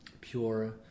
pure